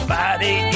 body